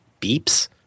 beeps